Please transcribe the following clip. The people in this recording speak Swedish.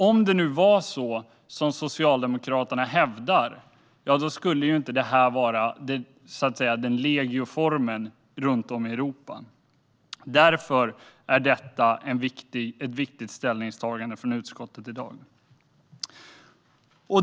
Om det var så som Socialdemokraterna hävdar skulle inte det här vara den gängse formen runt om i Europa. Därför är detta ett viktigt ställningstagande från utskottet i dag.